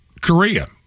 Korea